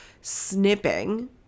snipping